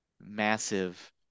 massive